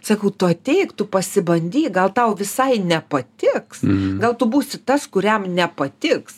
sakau tu ateik tu pasibandyk gal tau visai nepatiks gal tu būsi tas kuriam nepatiks